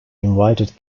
invited